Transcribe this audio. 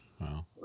Wow